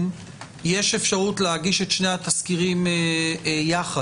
יש אפשרות להגיש את שני התסקירים יחד?